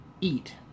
eat